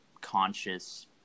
conscious